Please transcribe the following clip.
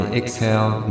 exhale